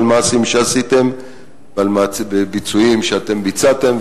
מעשים שעשיתם ועל ביצועים שאתם ביצעתם,